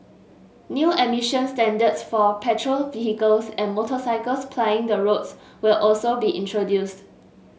new emission standards for petrol vehicles and motorcycles plying the roads will also be introduced